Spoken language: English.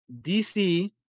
DC